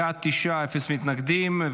בעד, תשעה, אפס מתנגדים.